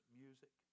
music